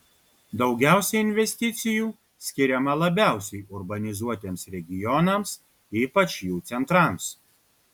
daugiausiai investicijų skiriama labiausiai urbanizuotiems regionams ypač jų centrams